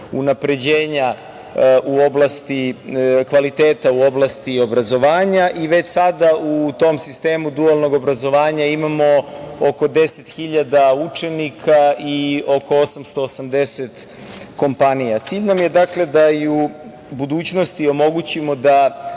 unapređenja kvaliteta u oblasti obrazovanja. Već sada u tom sistemu dualnog obrazovanja imamo oko 10.000 učenika i oko 880 kompanija. Cilj nam je da i u budućnosti omogućimo da